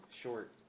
Short